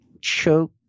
choke